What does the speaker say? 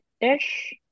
ish